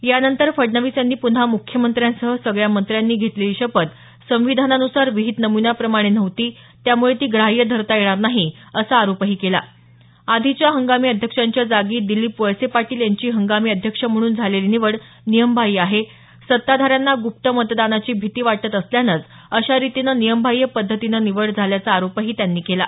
यानंतर फडणवीस यांनी पुन्हा मुख्यमंत्र्यांसह सगळ्या मंत्र्यांनी घेतलेली शपथ संविधानानुसार विहीत नमुन्याप्रमाणे नव्हती त्यामुळे ती ग्राह्य धरता येत नाही असा आरोपही केला आधीच्या हंगामी अध्यक्षांच्या जागी दिलीप वळसे पाटील यांची हंगामी अध्यक्ष म्हणून झालेली निवड नियमबाह्य आहे सत्ताधाऱ्यांना गुप्त मतदानाची भिती वाटत असल्यानंच अशा रितीनं नियमबाह्य पद्धतीनं निवड झाल्याचा आरोपही त्यांनी केला